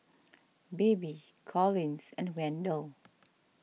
Baby Collins and Wendell